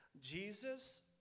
Jesus